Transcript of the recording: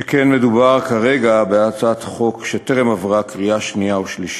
שכן מדובר כרגע בהצעת חוק שטרם עברה קריאה שנייה ושלישית.